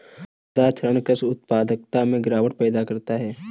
मृदा क्षरण कृषि उत्पादकता में गिरावट पैदा करता है